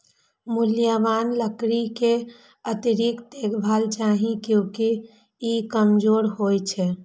मुलायम लकड़ी कें अतिरिक्त देखभाल चाही, कियैकि ई कमजोर होइ छै